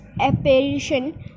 apparition